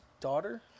daughter